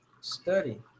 study